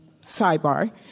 sidebar